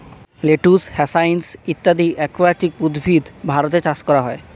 lettuce, hyacinth ইত্যাদি aquatic উদ্ভিদ ভারতে চাষ করা হয়